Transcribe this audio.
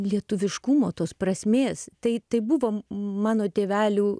lietuviškumo tos prasmės tai tai buvo mano tėvelių